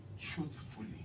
Truthfully